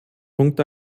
punkt